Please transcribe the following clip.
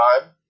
time